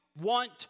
want